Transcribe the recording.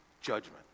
judgment